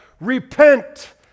repent